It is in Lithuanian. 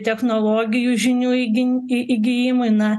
technologijų žinių įgin į įgijimui na